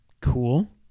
Cool